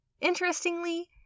Interestingly